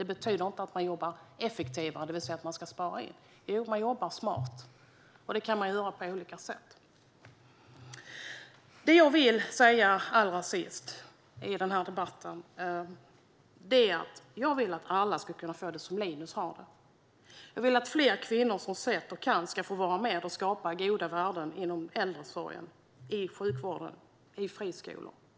Det betyder inte att man jobbar effektivare, i den meningen att man gör besparingar, utan man jobbar smart, vilket kan göras på olika sätt. Vad jag allra sist vill säga i den här debatten är att jag vill att alla ska kunna ha det som Linus. Jag vill att fler kvinnor som har sett saker och kan göra något ska få vara med och skapa goda värden på nya sätt inom äldreomsorgen, sjukvården och friskolor.